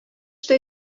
что